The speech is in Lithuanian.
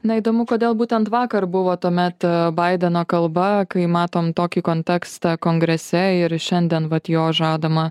na įdomu kodėl būtent vakar buvo tuomet baideno kalba kai matom tokį kontekstą kongrese ir šiandien vat jo žadama